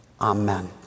amen